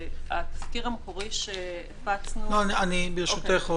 התזכיר המקורי שהפצנו --- ברשותך,